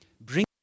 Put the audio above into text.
bring